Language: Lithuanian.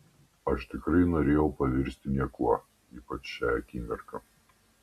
aš tikrai norėjau pavirsti niekuo ypač šią akimirką